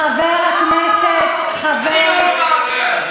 חבר הכנסת, אני או לפיד?